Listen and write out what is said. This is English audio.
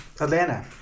Atlanta